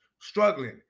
struggling